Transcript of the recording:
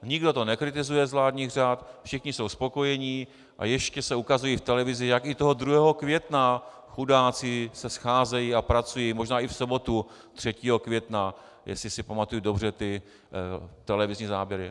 Nikdo to nekritizuje z vládních řad, všichni jsou spokojení a ještě se ukazují v televizi, jak i toho 2. května, chudáci, se scházejí a pracují, možná i v sobotu 3. května, jestli si pamatuji dobře ty televizní záběry.